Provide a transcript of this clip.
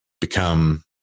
become